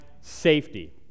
safety